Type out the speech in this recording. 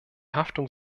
haftung